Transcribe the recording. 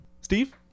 Steve